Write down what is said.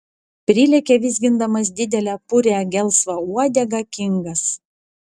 prilekia vizgindamas didelę purią gelsvą uodegą kingas